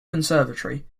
conservatory